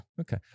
Okay